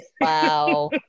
Wow